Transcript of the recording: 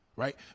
right